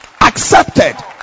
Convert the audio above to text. accepted